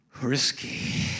Risky